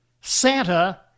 Santa